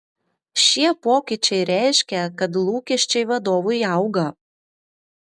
šie pokyčiai reiškia kad lūkesčiai vadovui auga